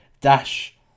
Dash